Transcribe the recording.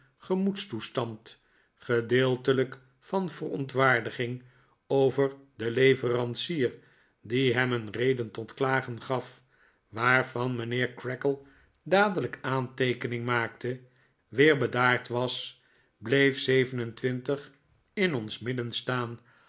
gemoedstoestand gedeeltelijk van verontwaardiging over den leverancier die hem een reden tot klagen gaf waarvan mijnheer creakle dadelijk aanteekening maakte weer bedaard was bleef zeven en twintig in ons midden staan